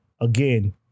Again